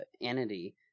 entity